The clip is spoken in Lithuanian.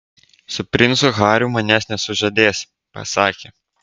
su princu hariu manęs nesužadės pasakė